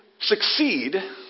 succeed